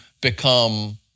become